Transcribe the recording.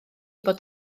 bod